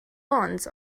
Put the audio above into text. lawns